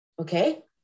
okay